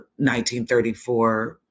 1934